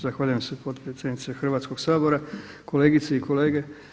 Zahvaljujem se potpredsjednice Hrvatskoga sabora, kolegice i kolege.